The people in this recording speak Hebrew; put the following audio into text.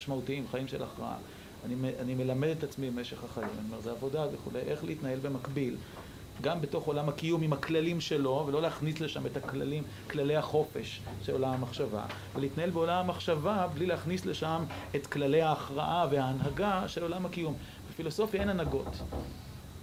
חיים של הכרעה. אני מלמד את עצמי במשך החיים, זה עבודה וכו', איך להתנהל במקביל גם בתוך עולם הקיום עם הכללים שלו, ולא להכניס לשם את כללי החופש של עולם המחשבה, ולהתנהל בעולם המחשבה בלי להכניס לשם את כללי ההכרעה וההנהגה של עולם הקיום. בפילוסופיה אין הנהגות.